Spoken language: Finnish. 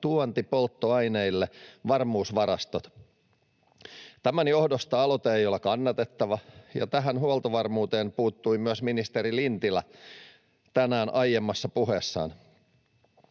tuontipolttoaineille varmuusvarastot. Tämän johdosta aloite ei ole kannatettava, ja tähän huoltovarmuuteen puuttui myös ministeri Lintilä tänään aiemmassa puheessaan.